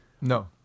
No